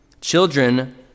Children